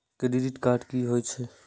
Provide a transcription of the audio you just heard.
Credit card की होई छै?